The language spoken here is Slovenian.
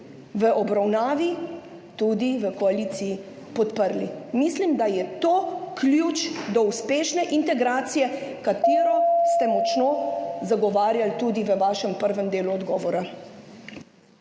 v obravnavi, tudi v koaliciji podprli. Mislim, da je to ključ do uspešne integracije, katero ste močno zagovarjali tudi v vašem prvem delu odgovora.